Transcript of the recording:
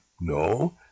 no